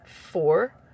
four